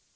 fråga.